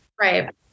right